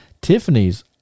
Tiffany's